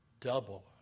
Double